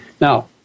Now